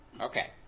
Okay